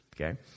Okay